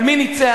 אבל מי ניצח?